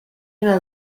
una